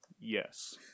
Yes